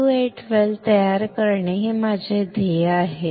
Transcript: SU 8 well तयार करणे हे माझे ध्येय आहे